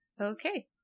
okay